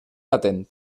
latent